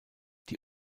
die